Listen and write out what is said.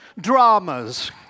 dramas